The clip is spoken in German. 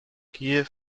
kiew